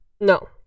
No